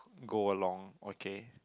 go along okay